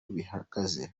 bihagaze